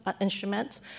instruments